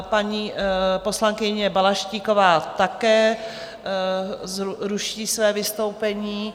Paní poslankyně Balaštíková také ruší své vystoupení.